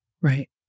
Right